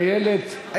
איילת שקד.